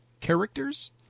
characters